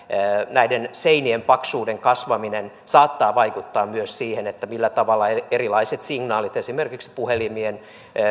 näiden seinien paksuuden kasvaminen saattaa vaikuttaa myös siihen millä tavalla erilaiset signaalit esimerkiksi puhelimien